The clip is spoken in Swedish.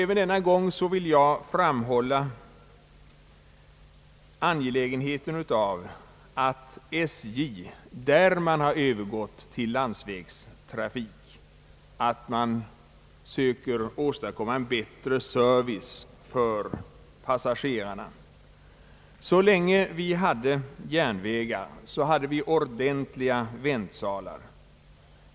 Även här vill jag framhålla önskvärdheten av att SJ, där man har övergått till landsvägstrafik, söker åstadkomma en bättre service för passagerarna. Så länge vi hade järnvägar, hade vi ordentliga väntsalar.